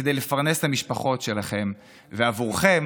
וכדי לפרנס את המשפחות שלכם, ועבורכם